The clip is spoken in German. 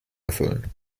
erfüllen